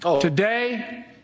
Today